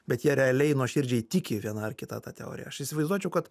bet jie realiai nuoširdžiai tiki viena ar kita ta teorija aš įsivaizduočiau kad